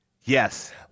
Yes